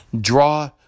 Draw